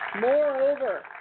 Moreover